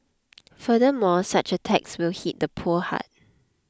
furthermore such a tax will hit the poor hard